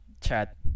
Chat